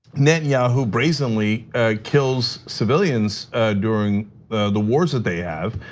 netanyahu brazenly kills civilians during the wars that they have,